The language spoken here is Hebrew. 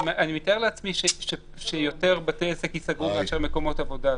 אני מתאר לעצמי שיותר בתי עסק ייסגרו מאשר מקומות עבודה.